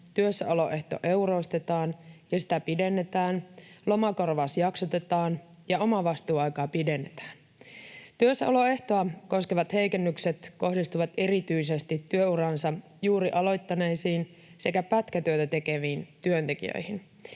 työssäoloehto euroistetaan ja sitä pidennetään, lomakorvaus jaksotetaan ja omavastuuaikaa pidennetään. Työssäoloehtoa koskevat heikennykset kohdistuvat erityisesti työuransa juuri aloittaneisiin sekä pätkätyötä tekeviin työntekijöihin,